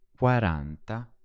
quaranta